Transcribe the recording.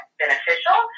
beneficial